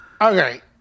okay